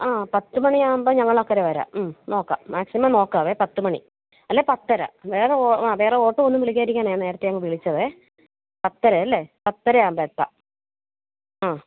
ആ പത്തുമണിയാവുമ്പം ഞങ്ങൾ അക്കരെ വരാം നോക്കാം മാക്സിമം നോക്കാമേ പത്തുമണി അല്ലേ പത്തര വേറെ ഓഹ് ആ വേറെ ഓട്ടൊവൊന്നും വിളിക്കാതിരിക്കാനാണ് ഞാൻ നേരത്തെയങ്ങ് വിളിച്ചതേ പത്തരയല്ലേ പത്തരയാവുമ്പം എത്താം ആ